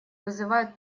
вызывают